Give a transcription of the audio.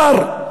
שר,